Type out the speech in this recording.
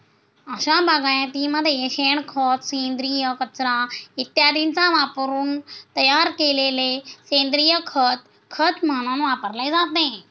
अशा बागायतीमध्ये शेणखत, सेंद्रिय कचरा इत्यादींचा वापरून तयार केलेले सेंद्रिय खत खत म्हणून वापरले जाते